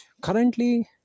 currently